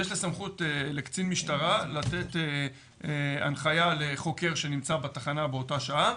יש סמכות לקצין משטרה לתת הנחיה לחוקר שנמצא בתחנה באותה שעה,